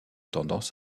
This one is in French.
tendance